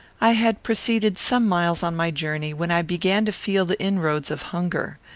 i had proceeded some miles on my journey, when i began to feel the inroads of hunger.